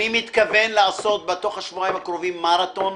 אני מתכוון לעשות בתוך השבועיים הקרובים מרתון,